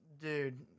Dude